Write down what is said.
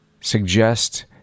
Suggest